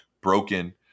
broken